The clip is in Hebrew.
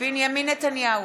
בנימין נתניהו,